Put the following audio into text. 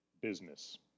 business